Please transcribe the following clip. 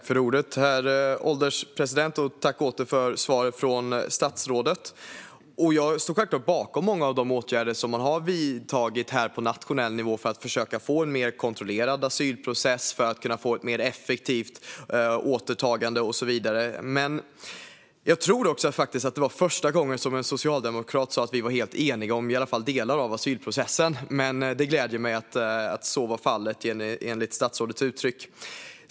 Herr ålderspresident! Tack för svaret från statsrådet! Jag står självklart bakom många av de åtgärder som man har vidtagit på nationell nivå för att försöka få en mer kontrollerad asylprocess och för att få ett mer effektivt återtagande och så vidare. Men jag tror faktiskt att detta var första gången som en socialdemokrat sagt att vi är helt eniga om åtminstone delar av asylprocessen. Det gläder mig att så är fallet, enligt statsrådets uttryck.